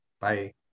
Bye